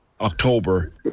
October